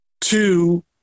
two